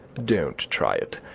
don't try it.